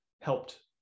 helped